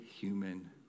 human